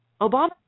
Obama